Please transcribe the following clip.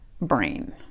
brain